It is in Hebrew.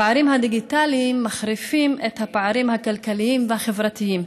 הפערים הדיגיטליים מחריפים את הפערים הכלכליים והחברתיים,